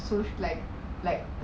so like like